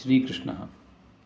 श्रीकृष्णः